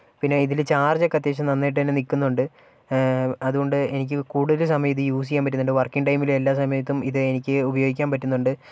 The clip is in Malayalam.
പിന്നെ ഇതില് ചാർജൊക്കെ അത്യാവശ്യം നന്നായിട്ട് തന്നെ നിൽക്കുന്നുണ്ട് അതുകൊണ്ട് എനിക്ക് കൂടുതല് സമയം ഇത് യൂസ് ചെയ്യാൻ പറ്റുന്നുണ്ട് വർക്കിങ് ടൈമിലും എല്ലാ സമയത്തും ഇത് എനിക്ക് ഉപയോഗിക്കാൻ പറ്റുന്നുണ്ട്